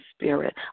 spirit